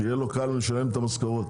שיהיה לו קל לשלם את המשכורות.